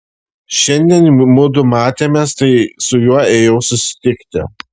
šiandien mudu matėmės tai su juo ėjau susitikti